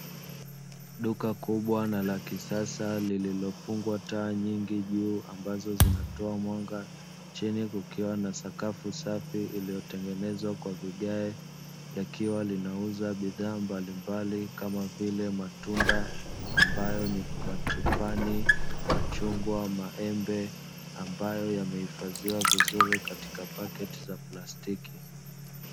Duka kubwa na la kisasa lililofungwa taa nyingi juu ambazo zinatoa mwanga, chini kukiwa na sakafu safi iliyotengenezwa kwa vigae likiwa linauza bidhaa mbalimbali kama vile matunda ambayo ni matufani, machungwa, maembe ambayo yamehifadhiwa vizuri katika pakiti za plastiki.